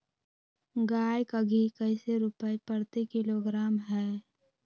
गाय का घी कैसे रुपए प्रति किलोग्राम है?